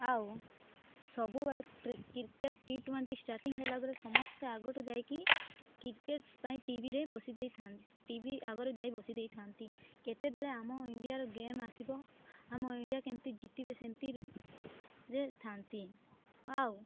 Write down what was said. ଆଉ ସବୁବେଳେ cricket T twenty starting ହେଲାବେଳେ ସମସ୍ତେ ଆଗରୁ ଯାଇକି କ୍ରିକେଟ୍ ପାଇଁ ଟିଭିରେ ବସି ଦେଇଥାନ୍ତି ଟିଭି ଆଗରେ ଯାଇ ବସିଦେଇଥାଆନ୍ତି କେତେବେଳେ ଆମ ଇଣ୍ଡିଆର ଗେମ୍ ଆସିବ ଆମ ଇଣ୍ଡିଆ କେମିତି ଜିତିବେ ସେମତିରେ ଥାଆନ୍ତି ଆଉ